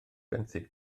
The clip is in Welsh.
benthyg